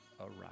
aright